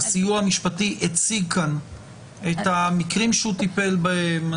הסיוע המשפטי הציג כאן את המקרים שהוא טיפל בהם.